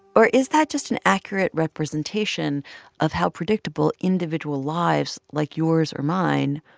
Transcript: or is that just an accurate representation of how predictable individual lives, like yours or mine,